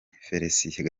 felicien